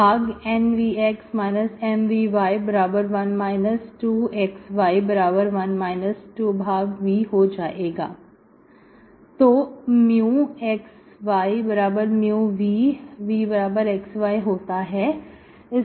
तो xyμvvxy होता है